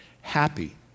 happy